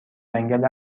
جنگل